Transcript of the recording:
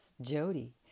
Jody